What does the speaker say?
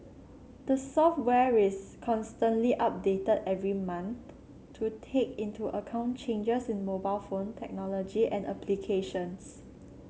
the software is constantly updated every month to take into account changes in mobile phone technology and applications